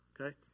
okay